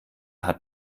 hat